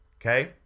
Okay